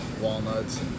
walnuts